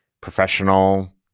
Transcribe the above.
professional